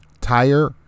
Tire